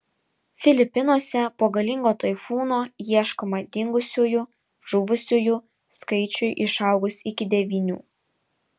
filipinuose po galingo taifūno ieškoma dingusiųjų žuvusiųjų skaičiui išaugus iki devynių